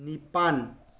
ꯅꯤꯄꯥꯟ